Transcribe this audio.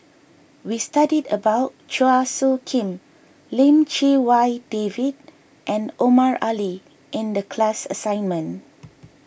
we studied about Chua Soo Khim Lim Chee Wai David and Omar Ali in the class assignment